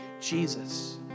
Jesus